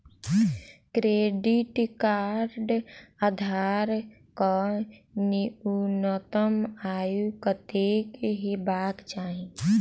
Credit card धारक कऽ न्यूनतम आय कत्तेक हेबाक चाहि?